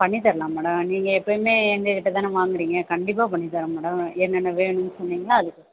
பண்ணிதரலாம் madam நீங்கள் எப்போயுமே எங்கள் கிட்ட தானே வாங்கிறீங்க கண்டிப்பாக பண்ணி தரோம் மேடம் என்னென்ன வேணும்னு சொன்னீங்கன்னால் அதுக்கு